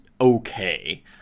okay